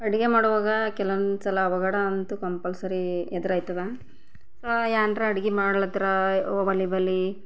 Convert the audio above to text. ಅಡುಗೆ ಮಾಡುವಾಗ ಕೆಲವೊಂದು ಸಲ ಅವಘಡ ಅಂತು ಕಂಪಲ್ಸರಿ ಎದುರಾಯ್ತದ ಏನಾರ ಅಡುಗೆ ಮಾಡ್ಲಾತ್ತಿದ್ರ ಒಲೆ ಬಳಿ